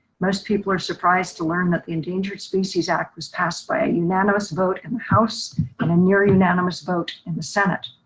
most people are surprised to learn that the endangered species act was passed by a unanimous vote in house and a near unanimous vote in the senate.